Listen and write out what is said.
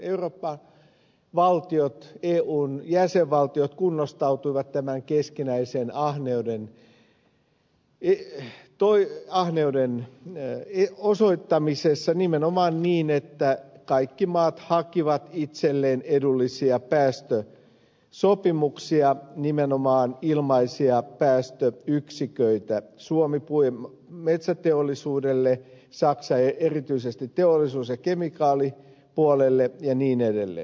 euroopan valtiot eun jäsenvaltiot kunnostautuivat tämän keskinäisen ahneuden osoittamisessa nimenomaan niin että kaikki maat hakivat itselleen edullisia päästösopimuksia nimenomaan ilmaisia päästöyksiköitä suomi metsäteollisuudelle saksa erityisesti metalliteollisuus ja kemikaalipuolelle ja niin edelleen